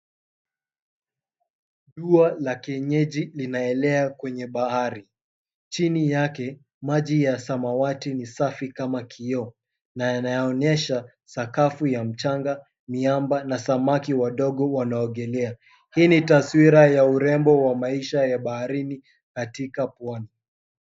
Dua la kienyeji linaelea kwenye bahari. Chini yake, maji ya samawati ni safi kama kioo na yanaonyesha sakafu ya mchanga, miamba na samaki wadogo wanaogelea. Hii ni taswira ya urembo wa maisha ya baharini katika pwani.